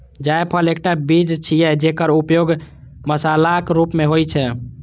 जायफल एकटा बीज छियै, जेकर उपयोग मसालाक रूप मे होइ छै